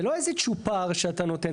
זה לא איזה צ'ופר שאתה נותן.